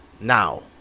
now